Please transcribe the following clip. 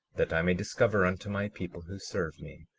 that i may discover unto my people who serve me,